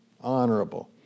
Honorable